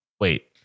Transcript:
Wait